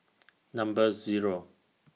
Number Zero